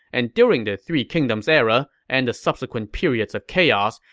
and during the three kingdoms era and the subsequent periods of chaos,